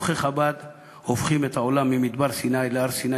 שלוחי חב"ד הופכים את העולם ממדבר סיני להר-סיני,